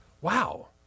Wow